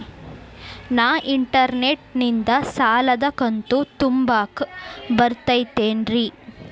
ನಾ ಇಂಟರ್ನೆಟ್ ನಿಂದ ಸಾಲದ ಕಂತು ತುಂಬಾಕ್ ಬರತೈತೇನ್ರೇ?